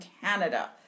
Canada